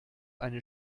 eine